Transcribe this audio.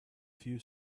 few